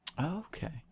okay